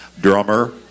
drummer